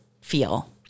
feel